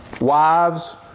Wives